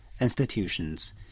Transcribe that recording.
institutions